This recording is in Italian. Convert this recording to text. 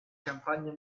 campagna